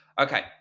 Okay